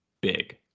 big